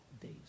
days